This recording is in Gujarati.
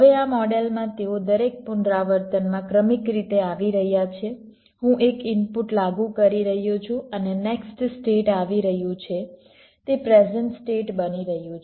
હવે આ મોડેલમાં તેઓ દરેક પુનરાવર્તનમાં ક્રમિક રીતે આવી રહ્યા છે હું એક ઇનપુટ લાગુ કરી રહ્યો છું અને નેક્સ્ટ સ્ટેટ આવી રહ્યું છે તે પ્રેઝન્ટ સ્ટેટ બની રહ્યું છે